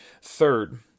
Third